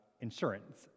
insurance